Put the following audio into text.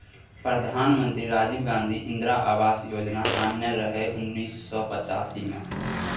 प्रधानमंत्री राजीव गांधी इंदिरा आबास योजना आनने रहय उन्नैस सय पचासी मे